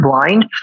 blind